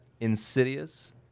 Insidious